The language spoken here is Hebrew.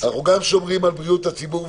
אנחנו גם שומרים על בריאות הציבור,